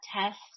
test